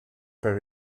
per